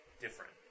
different